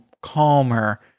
calmer